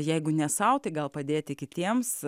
jeigu ne sau tai gal padėti kitiems